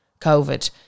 COVID